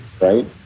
Right